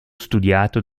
studiato